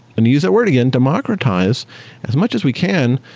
and use that word again, democratize as much as we can,